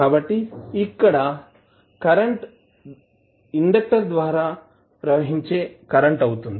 కాబట్టిఇక్కడ ఉన్న current inductor ద్వారా ప్రవహించే కరెంట్ అవుతుంది